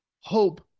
hope